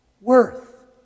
worth